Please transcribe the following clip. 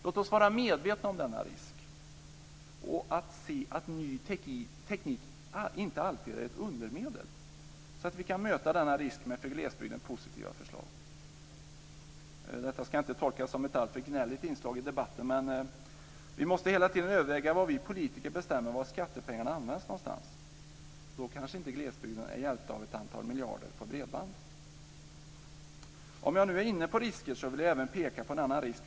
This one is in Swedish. Låt oss vara medvetna om denna risk och se att ny teknik inte alltid är ett undermedel så att vi kan möta denna risk med för glesbygden positiva förslag! Detta ska inte tolkas som ett alltför gnälligt inslag i debatten men vi måste hela tiden överväga vad vi politiker bestämmer om var skattepengarna används. Då kanske inte glesbygden är hjälpt av ett antal miljarder som satsas på bredband. När jag nu är inne på risker vill jag peka på en annan risk.